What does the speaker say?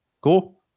Cool